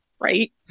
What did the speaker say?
Right